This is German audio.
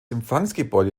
empfangsgebäude